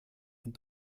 und